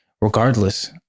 Regardless